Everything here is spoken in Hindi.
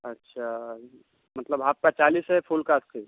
अच्छा मतलब हाफ का चालीस है फुल का अस्सी